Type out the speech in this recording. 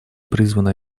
призвано